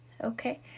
okay